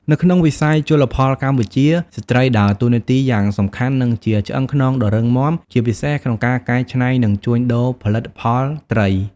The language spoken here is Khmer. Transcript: នៅក្នុងវិស័យជលផលកម្ពុជា ស្ត្រីដើរតួនាទីយ៉ាងសំខាន់ និងជាឆ្អឹងខ្នងដ៏រឹងមាំ ជាពិសេសក្នុងការកែច្នៃ និងជួញដូរផលិតផលត្រី។